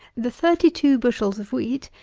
the thirty-two bushels of wheat,